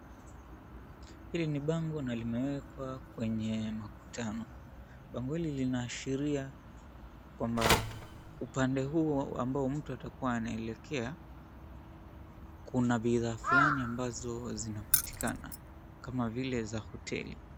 Hili ni bango na limewekwa kwenye makutano. Bango hili linaashiria kwamba, upande huo ambao mtu atakuwa anaelekea, kuna bidhaa fulani ambazo zinapatikana kama vile za hoteli.